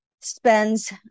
Spends